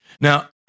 Now